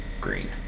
green